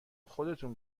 خودتون